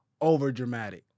overdramatic